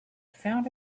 found